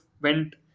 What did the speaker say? went